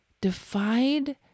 defied